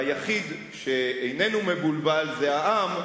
והיחיד שאיננו מבולבל זה העם,